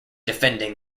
defending